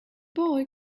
boy